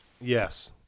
Yes